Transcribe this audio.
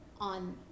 on